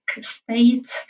state